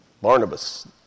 Barnabas